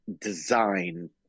design